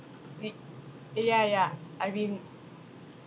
we ya ya I mean